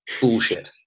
Bullshit